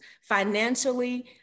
financially